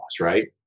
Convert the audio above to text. right